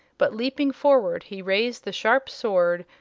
but leaping forward he raised the sharp sword,